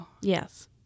yes